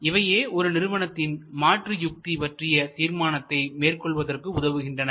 இவையே ஒரு நிறுவனத்தின் மாற்று யுத்தி பற்றிய தீர்மானத்தை மேற்கொள்வதற்கு உதவுகின்றன